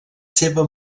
seva